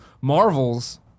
Marvel's